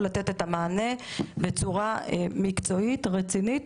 לתת את המענה בצורה מקצועית ורצינית,